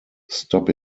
stop